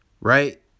right